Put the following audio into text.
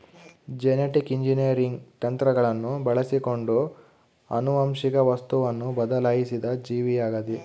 genetic engineering ತಂತ್ರಗಳನ್ನು ಬಳಸಿಕೊಂಡು ಆನುವಂಶಿಕ ವಸ್ತುವನ್ನು ಬದಲಾಯಿಸಿದ ಜೀವಿಯಾಗಿದ